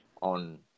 on